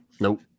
Nope